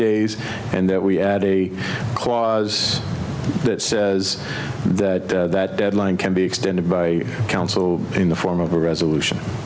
days and that we add a clause that says that that deadline can be extended by counsel in the form of a resolution